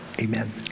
Amen